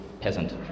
peasant